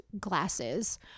glasses